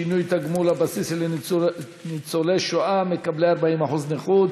שינוי תגמול הבסיס לניצולי שואה בעלי 40% נכות